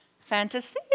fantasy